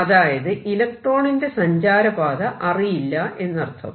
അതായത് ഇലക്ട്രോണിന്റെ സഞ്ചാര പാത അറിയില്ല എന്നർത്ഥം